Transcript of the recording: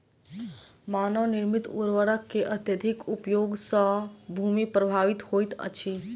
मानव निर्मित उर्वरक के अधिक उपयोग सॅ भूमि प्रभावित होइत अछि